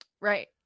Right